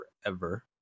forever